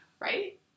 Right